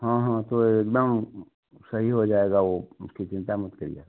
हाँ हाँ तो एक दम सही हो जाएगा वह उसकी चिंता मत करिए